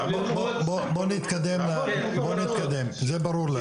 בוא נתקדם, זה ברור לנו.